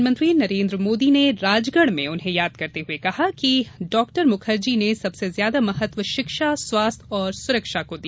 प्रधानमंत्री ने राजगढ़ में उन्हें याद करते हुए कहा कि डाक्टर मुखर्जी ने सबसे ज्यादा महत्व शिक्षा स्वास्थ्य और सुरक्षा को दिया